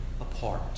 apart